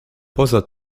poza